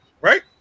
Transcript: right